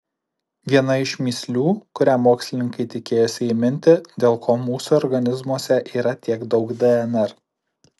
viena iš mįslių kurią mokslininkai tikėjosi įminti dėl ko mūsų organizmuose yra tiek daug dnr